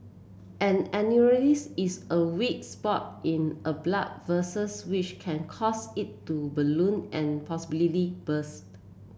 an aneurysm is a weak spot in a blood which can cause it to balloon and possibly burst